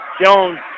Jones